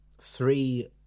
three